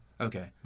Okay